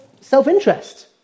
self-interest